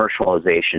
commercialization